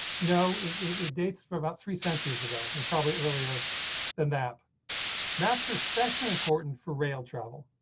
no. it dates for about three centuries ago, and probably earlier than that maps are especially important for rail travel.